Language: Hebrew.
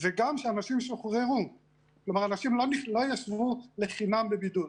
וגם אנשים לא ישבו לחינם בידוד.